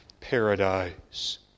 paradise